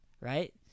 right